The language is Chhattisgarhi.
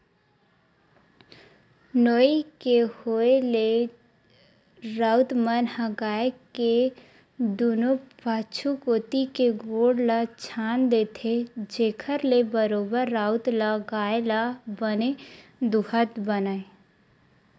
नोई के होय ले राउत मन ह गाय के दूनों पाछू कोती के गोड़ ल छांद देथे, जेखर ले बरोबर राउत ल गाय ल बने दूहत बनय